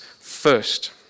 first